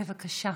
בבקשה.